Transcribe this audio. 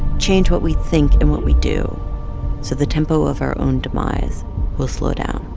change what we think and what we do so the tempo of our own demise will slow down